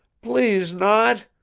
please not!